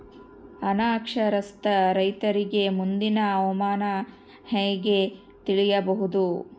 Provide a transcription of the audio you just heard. ಅನಕ್ಷರಸ್ಥ ರೈತರಿಗೆ ಮುಂದಿನ ಹವಾಮಾನ ಹೆಂಗೆ ತಿಳಿಯಬಹುದು?